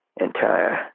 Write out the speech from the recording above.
entire